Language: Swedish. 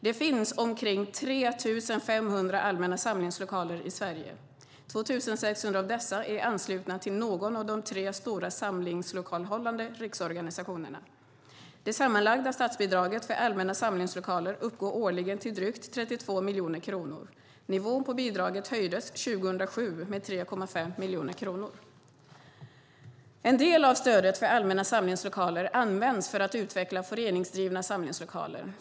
Det finns omkring 3 500 allmänna samlingslokaler i Sverige, och 2 600 av dessa är anslutna till någon av de tre stora samlingslokalhållande riksorganisationerna. Det sammanlagda statsbidraget för allmänna samlingslokaler uppgår årligen till drygt 32 miljoner kronor. Nivån på bidraget höjdes 2007 med 3,5 miljoner kronor. En del av stödet för allmänna samlingslokaler används för att utveckla föreningsdrivna samlingslokaler.